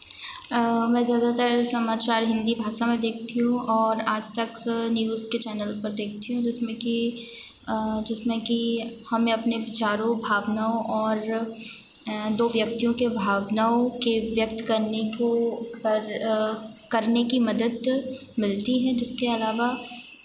मैं ज़्यादातर समाचार हिंदी भाषा में देखती हूँ और आज तक न्यूज़ के चैनल पर देखती हूँ जिसमें कि जिसमें कि हमें अपने विचारों भावनाओं और दो व्यक्तियों के भावनाओं के व्यक्त करने को कर करने की मदद मिलती है जिसके अलावा